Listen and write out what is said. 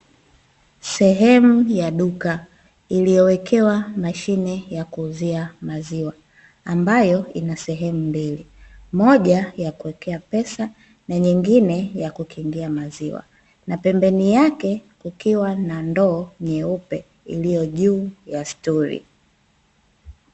Sehemu ya duka, iliyowekewa mashine ya kuuzia maziwa, ambayo ina sehemu mbili; moja ya kuwekea pesa na nyingine ya kukingia maziwa. Na pembeni yake kukiwa na ndoo nyeupe iliyo juu ya stuli.